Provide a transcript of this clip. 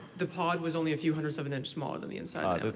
the pod was only a few hundredths of an inch smaller than the inside